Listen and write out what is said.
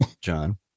john